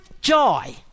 joy